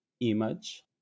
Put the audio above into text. image